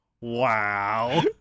wow